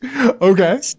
Okay